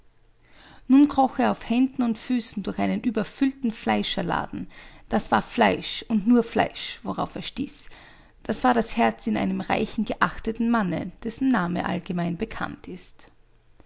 nun kroch er auf händen und füßen durch einen überfüllten fleischerladen das war fleisch und nur fleisch worauf er stieß das war das herz in einem reichen geachteten manne dessen name allgemein bekannt ist